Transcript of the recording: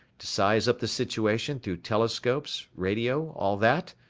to size up the situation through telescopes, radio, all that.